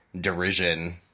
derision